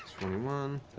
one,